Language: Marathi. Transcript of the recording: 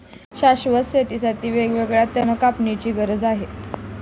शाश्वत शेतीसाठी वेळोवेळी तण कापण्याची गरज आहे